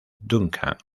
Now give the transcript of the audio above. duncan